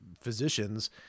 physicians